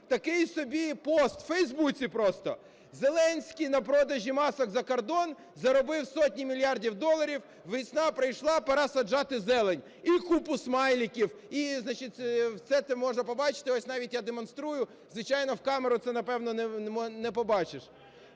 такий собі пост в Фейсбуці просто: "Зеленський на продажі масок за кордон заробив сотні мільярдів доларів. Весна прийшла - пора саджати зелень". І купу смайликів, і, значить, все це можна побачити, ось навіть я демонструю, звичайно, в камеру це, напевно, не побачиш.